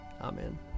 Amen